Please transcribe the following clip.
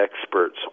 experts